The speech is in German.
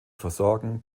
versorgen